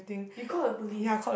you call the police